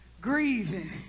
Grieving